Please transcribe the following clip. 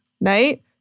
Night